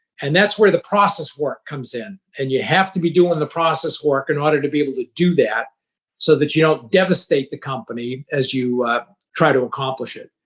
and that's where the process work comes in. and you have to be doing the process work in order to be able to do that so that you don't devastate the company as you try to accomplish it.